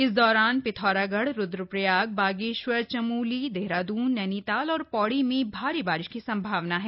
इस दौरान पिथौरागढ़ रुद्रप्रयाग बागेश्वर चमोली देहरादून नैनीताल और पौड़ी में भारी बारिश की संभावना है